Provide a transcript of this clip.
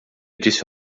disse